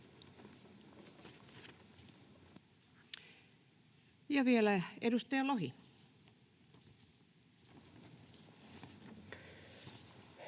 Ja vielä edustaja Lohi.